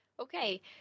Okay